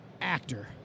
Actor